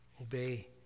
obey